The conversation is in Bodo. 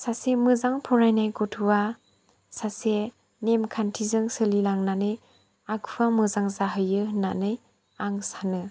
सासे मोजां फरायनाय गथ'आ सासे नेमखान्थिजों सोलिलांनानै आखुआ मोजां जाहैयो होन्नानै आं सानो